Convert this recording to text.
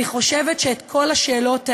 אני חושבת שאת כל השאלות האלה,